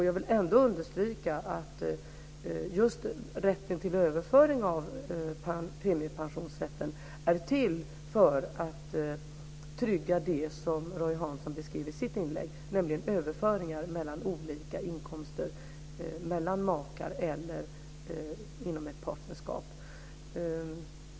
Jag vill ändå understryka att just rätten till överföring av premiepensionsrätten är till för att trygga det som Roy Hansson beskrev i sitt inlägg, nämligen överföringar mellan olika inkomster vad gäller makar eller inom ett partnerskap.